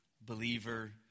believer